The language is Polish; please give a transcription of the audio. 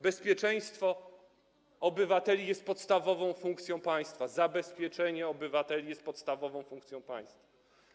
Bezpieczeństwo obywateli jest podstawową funkcją państwa, zabezpieczenie obywateli jest podstawową funkcją państwa.